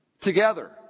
together